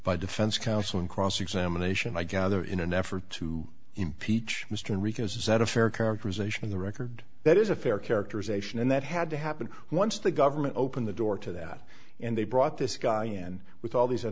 by defense counsel in cross examination i gather in an effort to impeach mr rica's is that a fair characterization of the record that is a fair characterization and that had to happen once the government open the door to that and they brought this guy in with all these